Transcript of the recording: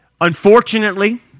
Unfortunately